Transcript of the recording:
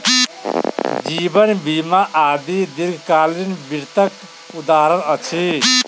जीवन बीमा आदि दीर्घकालीन वित्तक उदहारण अछि